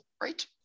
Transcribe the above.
right